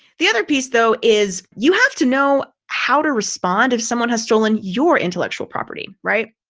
the other piece, though, is you have to know how to respond if someone has stolen your intellectual property, right.